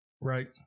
Right